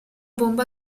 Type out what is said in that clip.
bomba